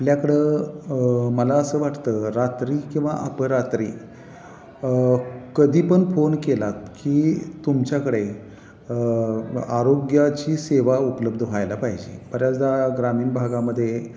आपल्याकडं मला असं वाटतं रात्री किंवा अपरात्री कधीपण फोन केलात की तुमच्याकडे आरोग्याची सेवा उपलब्ध व्हायला पाहिजे बऱ्याचदा ग्रामीण भागामधे